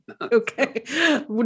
Okay